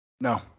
No